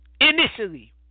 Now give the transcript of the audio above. initially